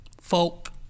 folk